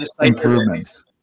improvements